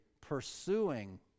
pursuing